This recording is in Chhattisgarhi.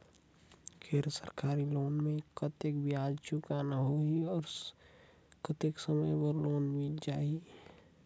गैर सरकारी लोन मे कतेक ब्याज चुकाना होही और कतेक समय बर लोन मिल जाहि?